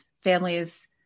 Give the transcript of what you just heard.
families